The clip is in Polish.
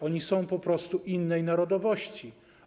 Oni są po prostu innej narodowości.